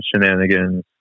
shenanigans